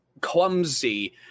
clumsy